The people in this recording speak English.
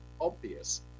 obvious